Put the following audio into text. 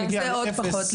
זה עוד פחות.